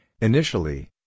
Initially